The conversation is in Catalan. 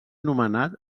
nomenat